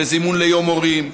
בזימון ליום הורים,